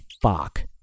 fuck